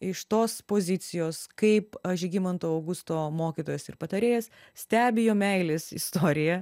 iš tos pozicijos kaip a žygimanto augusto mokytojas ir patarėjas stebi jo meilės istoriją